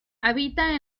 habita